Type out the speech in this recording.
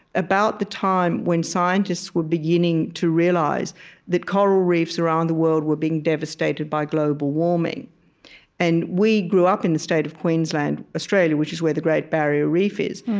about the time when scientists were beginning to realize that coral reefs around the world were being devastated by global warming and we grew up in the state of queensland, australia, which is where the great barrier reef is.